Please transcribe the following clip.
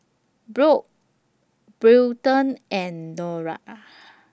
Brock Wilton and Nora